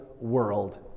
world